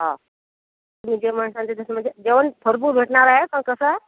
हां माणसांचं जसं म्हणजे जेवण भरपूर भेटणार आहे पण कसं आहे